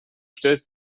stellt